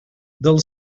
del